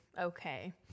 okay